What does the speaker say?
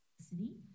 city